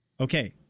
Okay